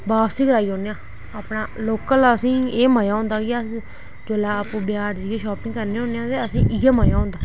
बापस कराई उड़ने आं अपना लोकल असेंगी एह् मजा होंदा कि अस जेल्लै आपूं बजार जाइयै शापिंग करने होन्ने आं ते असेंगी इ'यै मजा होंदा